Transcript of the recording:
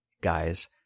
guys